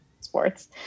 sports